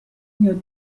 میاید